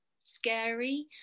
scary